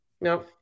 No